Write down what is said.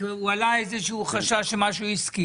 מדובר בעמותה שהסימון שלה הוא